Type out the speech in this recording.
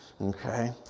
Okay